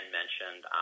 mentioned